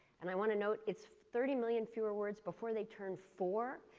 and i want to note, it's thirty million fewer words before they turn four.